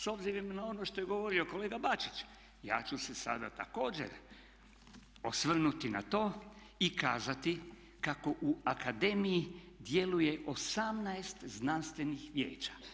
S obzirom na ono što je govorio kolega Bačić, ja ću se sada također osvrnuti na to i kazati kako u Akademiji djeluje 18 znanstvenih vijeća.